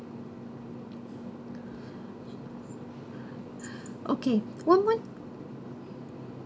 okay one more